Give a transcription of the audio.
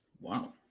Wow